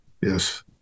yes